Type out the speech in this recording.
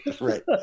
right